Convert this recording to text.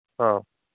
ஆ